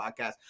podcast